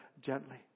gently